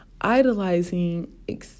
idolizing